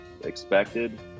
expected